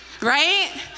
right